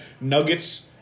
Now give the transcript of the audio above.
Nuggets